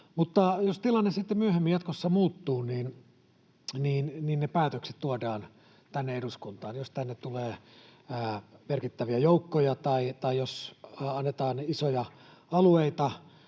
jos tilanne sitten myöhemmin jatkossa muuttuu, niin ne päätökset tuodaan tänne eduskuntaan. Jos tänne tulee merkittäviä joukkoja tai jos annetaan isoja alueita,